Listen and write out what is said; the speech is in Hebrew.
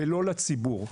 ולא לציבור.